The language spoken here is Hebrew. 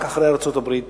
רק אחרי ארצות-הברית,